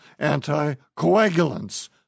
anticoagulants